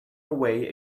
away